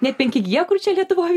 net penki gie kur čia lietuvoj